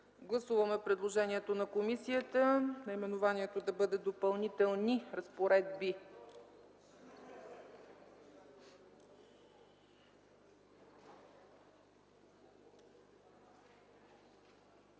Гласуваме предложението на комисията – наименованието да бъде „Допълнителни разпоредби”.